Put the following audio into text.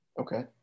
Okay